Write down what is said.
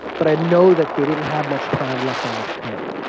but i know that they didn't have much time left on this planet.